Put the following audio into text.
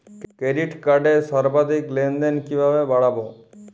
Credit কার্ডের সর্বাধিক লেনদেন কিভাবে বাড়াবো?